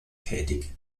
tätig